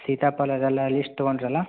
ಸೀತಾಫಲದ್ದು ಎಲ್ಲ ಲೀಸ್ಟ್ ತೊಗೊಂಡ್ರಲ್ಲ